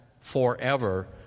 forever